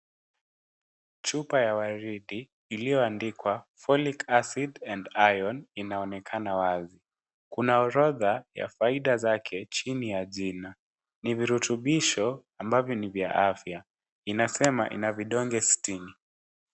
Chupa ya waridi iliyoandikwa Folic acid and Iron inaonekana wazi. Kuna orodha ya faida zake chini ya jina, ni virutubisho ambavyo ni vya afya, inasema ina vidonge sitini.